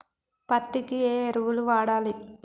పత్తి కి ఏ ఎరువులు వాడాలి?